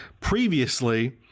previously